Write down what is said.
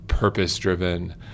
purpose-driven